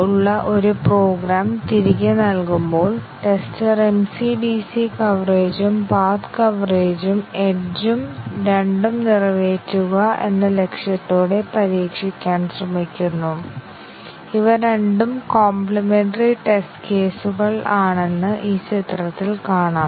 അതിനാൽ പ്രോഗ്രാമിലെ സ്റ്റാർട്ട് നോഡിൽ നിന്ന് ഒരു ടെർമിനൽ നോഡിലേക്ക് ആരംഭിക്കുന്ന നോഡ് എഡ്ജ് ജോഡികളുടെ ഒരു ശ്രേണി ഇതാണ് പാത്ത് എന്ന് വിളിക്കുന്നത് കൂടാതെ എക്സിറ്റ് കാരണം അത്തരം പ്രോഗ്രാമുകളിൽ നിരവധി ടെർമിനൽ നോഡുകൾ ഉണ്ടാകാമെന്നും ഓർമ്മിക്കുക